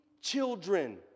children